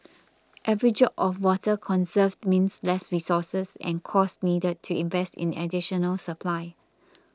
every drop of water conserved means less resources and costs needed to invest in additional supply